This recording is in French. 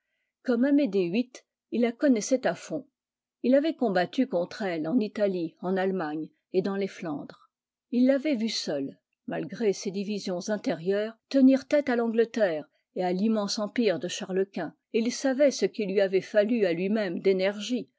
comme amédée viii il la connaissait à fond avait combattu contre elle en italie en allemagne et dans le flandres il l'avait vue seule malgré ses divisions intérieures tenir tête à l'angleterre et à l'immense empire de charlesquint et il savait ce qu'il lui avait fallu à lui-môme d'énergie